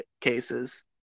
cases